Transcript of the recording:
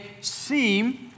seem